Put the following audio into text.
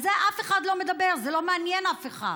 על זה אף אחד לא מדבר, זה לא מעניין אף אחד.